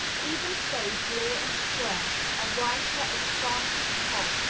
even so clear and strong a writer as frances cobbe,